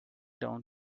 down